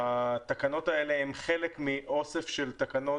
התקנות האלה הן חלק מאוסף של תקנות,